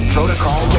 Protocol